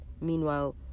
Meanwhile